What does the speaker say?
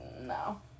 no